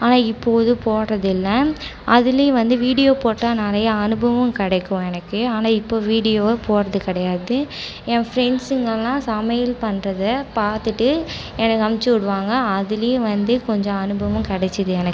ஆனால் இப்போது போடுறது இல்லை அதுலேயும் வந்து வீடியோ போட்டால் நிறையா அனுபவம் கிடைக்கும் எனக்கு ஆனால் இப்போது வீடியோவை போடுறது கிடையாது ஏன் ஃப்ரெண்ஸுங்களாம் சமையல் பண்ணுறத பார்த்துட்டு எனக்கு அனுப்பிச்சி விடுவாங்க அதுலேயும் வந்து கொஞ்சம் அனுபவம் கிடச்சிது எனக்கு